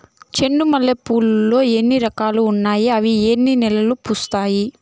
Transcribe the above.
చెండు మల్లె పూలు లో ఎన్ని రకాలు ఉన్నాయి ఇవి ఎన్ని నెలలు పూస్తాయి